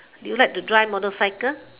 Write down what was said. do you like to drive motorcycle